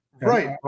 Right